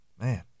man